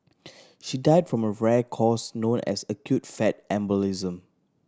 she died from a rare cause known as acute fat embolism